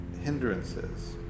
hindrances